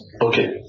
Okay